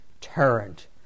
torrent